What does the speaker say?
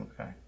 Okay